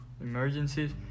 emergencies